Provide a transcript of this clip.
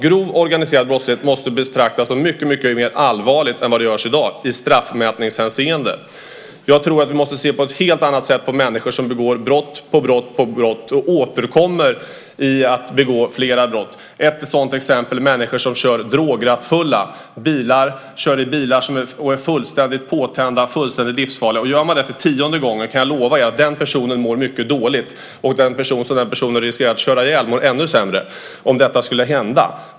Grov organiserad brottslighet måste betraktas som mycket mer allvarligt än i dag i straffmätningshänseende. Jag tror att vi måste se på ett helt annat sätt på människor som begår brott efter brott och återkommer till att begå fler brott. Ett sådant exempel är människor som kör drograttfulla. De kör bil och är fullständigt påtända och fullständigt livsfarliga. Om man gör det för tionde gången kan jag lova att den personen mår mycket dåligt, och den person som riskerar att köras ihjäl mår ännu sämre om detta skulle hända.